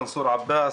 מנסור עבאס,